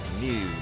News